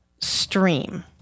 stream